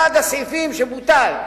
זה אחד הסעיפים שבוטלו.